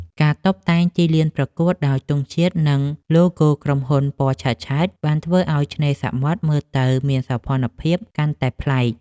ការតុបតែងទីលានប្រកួតដោយទង់ជាតិ និងឡូហ្គោក្រុមហ៊ុនពណ៌ឆើតៗ បានធ្វើឱ្យឆ្នេរសមុទ្រមើលទៅមានសោភ័ណភាពកាន់តែប្លែក។